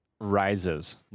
rises